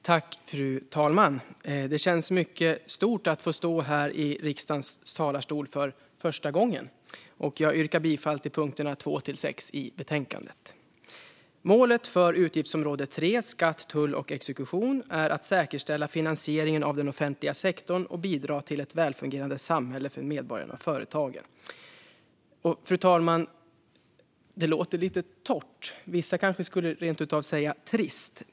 Fru talman! Det känns mycket stort att få stå här i riksdagens talarstol för första gången. Jag yrkar bifall till utskottets förslag under punkterna 2-6 i betänkandet. Målet för utgiftsområde 3 Skatt, tull och exekution är att säkerställa finansieringen av den offentliga sektorn och bidra till ett välfungerande samhälle för medborgarna och företagen. Fru talman! Det låter lite torrt. Vissa skulle kanske rent av säga att det låter trist.